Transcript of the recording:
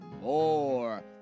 more